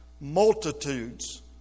multitudes